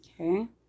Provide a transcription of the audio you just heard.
okay